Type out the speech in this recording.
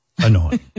annoying